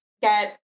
get